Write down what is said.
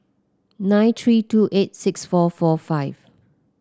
nine three two eight six four four five